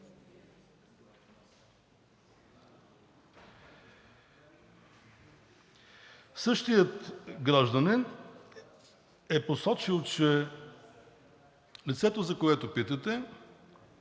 Същият гражданин е посочил, че лицето, за което питате